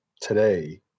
today